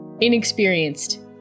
Inexperienced